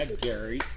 Gary